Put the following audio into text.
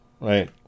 right